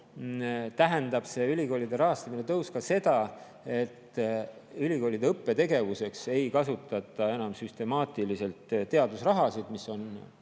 tähendab see ülikoolide rahastamise tõus ka seda, et ülikoolide õppetegevuseks ei kasutata enam süstemaatiliselt teadusrahasid, mis on